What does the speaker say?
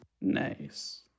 Nice